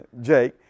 Jake